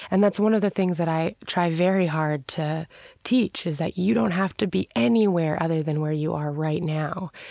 and that's one of the things that i try very hard to teach is that you don't have to be anywhere other than where you are right now,